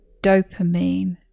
dopamine